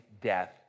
death